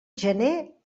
gener